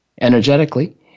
energetically